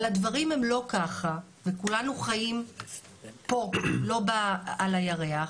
אבל הדברים הם לא ככה וכולנו חיים פה ולא על הירח.